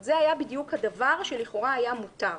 זאת אומרת שזה היה בדיוק הדבר שלכאורה היה מותר.